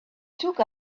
took